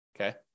okay